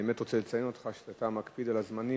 אני באמת רוצה לציין אותך, שאתה מקפיד על הזמנים.